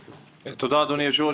תודה, אדוני היושב-ראש.